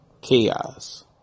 chaos